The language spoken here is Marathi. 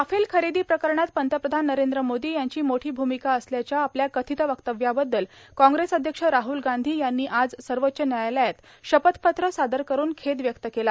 राफेल खरेदी प्रकरणात पंतप्रधान नरेंद्र मोदी यांची मोठी भूमिका असल्याच्या आपल्या कथित वक्तव्याबद्दल काँग्रेस अध्यक्ष राहुल गांधी यांनी आज सर्वोच्व न्यायालयात शपथपत्र सादर करून खेद व्यक्त केला